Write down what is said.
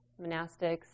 monastics